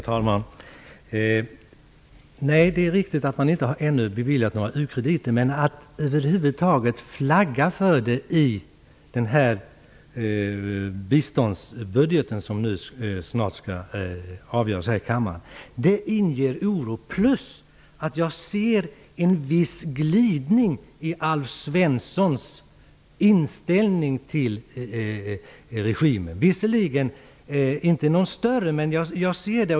Herr talman! Det är riktigt att man ännu inte har beviljat några u-krediter, men att man över huvud taget flaggar för det i den biståndsbudget som det snart skall fattas beslut om här i kammaren inger oro. Jag märker en viss glidning i Alf Svenssons inställning till regimen. Det är visserligen inte någon större glidning, men jag ser den.